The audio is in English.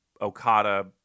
Okada